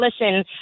listen